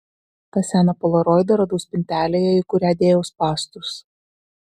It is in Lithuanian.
tą seną polaroidą radau spintelėje į kurią dėjau spąstus